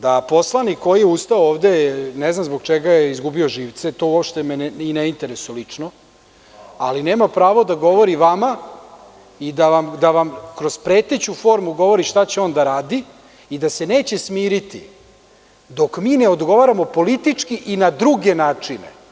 Da poslanik koji je ustao ovde, ne znam zbog čega je izgubio živce, to me uopšte i ne interesuje lično, ali nema pravo da govori vama i da vam kroz preteću formu govori šta će on da radi i da se neće smiriti dok mi ne odgovaramo politički i na druge načine.